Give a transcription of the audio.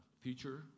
future